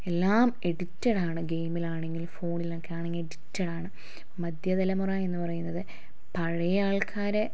എല്ലാം എഡിറ്റഡ് ആണ് ഗെയിമിൽ ആണെങ്കിലും ഫോണിലൊക്കെ ആണെങ്കിലും എഡിറ്റഡാണ് മധ്യതലമുറ എന്ന് പറയുന്നത് പഴയ ആൾക്കാരെ